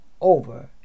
over